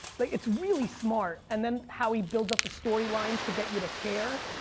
but it's really smart and then, how he builds up the story lines to get you to care.